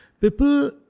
people